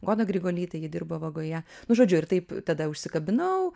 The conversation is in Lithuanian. goda grigolytė ji dirbo vagoje nu žodžiu ir taip tada užsikabinau